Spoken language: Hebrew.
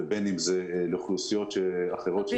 ובין אם זה לאוכלוסיות אחרות שזקוקות לסיוע.